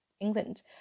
England